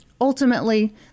Ultimately